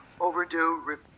overdue